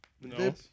No